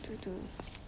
to to